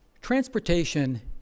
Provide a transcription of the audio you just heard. Transportation